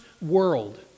world